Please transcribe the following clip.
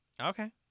okay